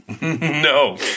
no